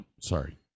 Sorry